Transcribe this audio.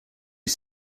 est